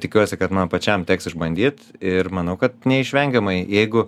tikiuosi kad man pačiam teks išbandyt ir manau kad neišvengiamai jeigu